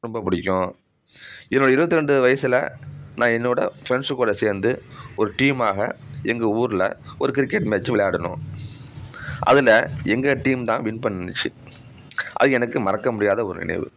ரொம்ப பிடிக்கும் என்னோடய இருபத்து ரெண்டு வயசுல நான் என்னோடய ஃப்ரெண்ட்ஸு கூட சேர்ந்து ஒரு டீம்மாக எங்கள் ஊரில் ஒரு கிரிக்கெட் மேட்சு விளையாடினோம் அதில் எங்கள் டீம் தான் வின் பண்ணுச்சி அது எனக்கு மறக்க முடியாத ஒரு நினைவு